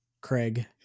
Craig